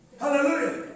Hallelujah